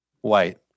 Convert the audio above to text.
White